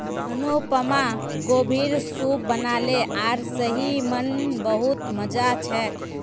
अनुपमा गोभीर सूप बनाले आर सही म न बहुत मजा छेक